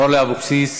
אורלי אבקסיס,